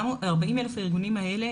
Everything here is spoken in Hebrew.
40,000 הארגונים האלה,